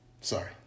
Sorry